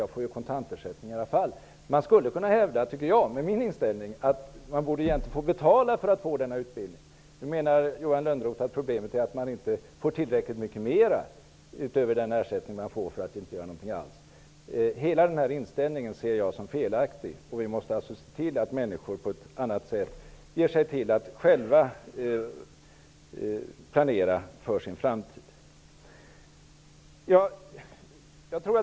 Jag tycker med min inställning att man skulle kunna hävda att den arbetslöse egentligen borde få betala för att få denna utbildning. Då menar Johan Lönnroth att problemet är att man inte får tillräckligt myckt mer utöver den ersättning man får för att inte göra något alls. Hela denna inställning ser jag såsom felaktig. Vi måste se till att människorna på ett annat sätt planerar för sin framtid.